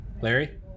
larry